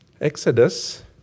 Exodus